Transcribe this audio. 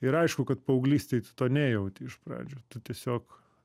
ir aišku kad paauglystėj tu to nejauti iš pradžių tu tiesiog